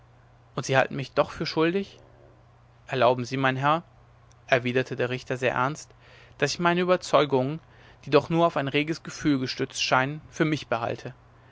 und sie halten mich doch für schuldig erlauben sie mein herr erwiderte der richter sehr ernst daß ich meine überzeugungen die doch nur auf ein reges gefühl gestützt scheinen für mich behalte